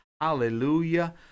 Hallelujah